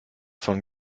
von